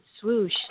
swoosh